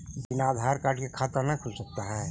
बिना आधार कार्ड के खाता न खुल सकता है?